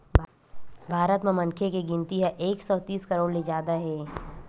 भारत म मनखे के गिनती ह एक सौ तीस करोड़ ले जादा हे